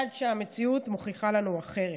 עד שהמציאות מוכיחה לנו אחרת,